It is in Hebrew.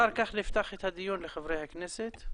אחר-כך נפתח את הדיון לחברי הכנסת.